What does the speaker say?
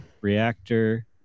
reactor